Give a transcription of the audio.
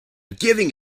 giving